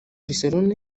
barcelone